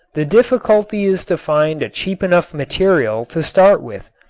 the difficulty is to find a cheap enough material to start with.